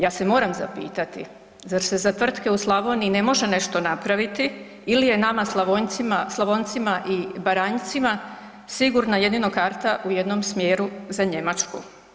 Ja se moram zapitati, zar se za tvrtke u Slavoniji ne može nešto napraviti ili je nama Slavoncima i Baranjcima sigurno jedino karta u jednom smjeru za Njemačku?